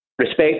respect